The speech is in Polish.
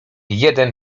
jeden